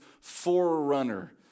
forerunner